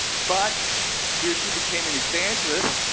but here she became an evangelist,